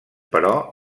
però